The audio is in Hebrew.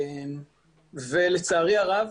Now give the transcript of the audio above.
לצערי הרב